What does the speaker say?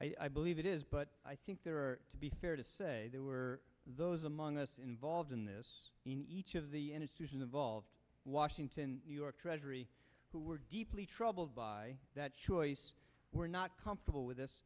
i believe it is but i think there are to be fair to say there were those among us involved in this in each of the end issues involved washington new york treasury who were deeply troubled by that choice were not comfortable with this